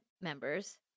members